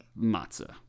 matzah